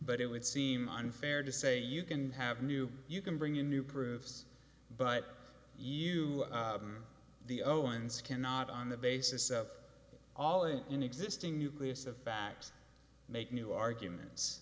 but it would seem unfair to say you can have new you can bring in new proofs but you the owens cannot on the basis of all an existing nucleus of fact make new arguments